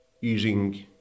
using